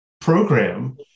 program